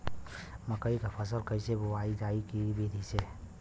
मकई क फसल कईसे बोवल जाई विधि से?